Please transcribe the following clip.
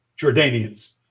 Jordanians